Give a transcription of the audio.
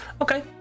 Okay